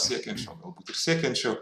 siekiančio galbūt ir siekiančio